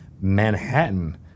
Manhattan